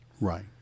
right